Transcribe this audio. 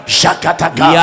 Shakataka